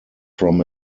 from